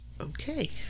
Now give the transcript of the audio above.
Okay